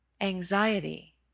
anxiety